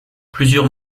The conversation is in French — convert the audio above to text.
plusieurs